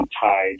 Tide